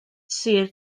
sir